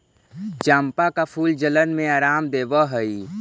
चंपा का फूल जलन में आराम देवअ हई